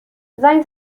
زنگ